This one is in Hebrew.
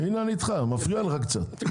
הנה אני איתך, מפריע לך קצת.